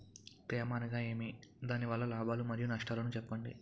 తేమ అనగానేమి? దాని వల్ల లాభాలు మరియు నష్టాలను చెప్పండి?